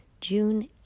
June